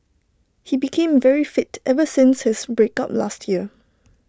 he became very fit ever since his break up last year